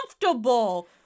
comfortable